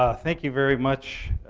ah thank you very much,